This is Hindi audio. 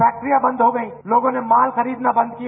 फैक्ट्ररियां बंद हो गई लोगों ने माल खरीदना बंद किया